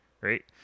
right